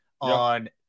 on